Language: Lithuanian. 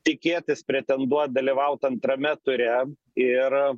tikėtis pretenduot dalyvaut antrame ture ir